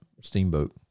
Steamboat